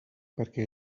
perquè